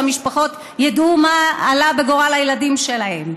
שהמשפחות ידעו מה עלה בגורל הילדים שלהם.